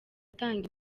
atanga